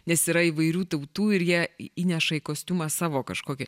nes yra įvairių tautų ir jie įneša į kostiumą savo kažkokį